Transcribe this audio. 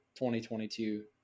2022